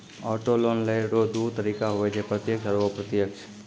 auto loan लेय रो दू तरीका हुवै छै प्रत्यक्ष आरू अप्रत्यक्ष